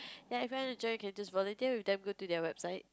ya if you want to join you can just volunteer with them go to their website